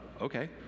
okay